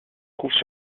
trouvent